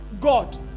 God